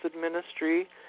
ministry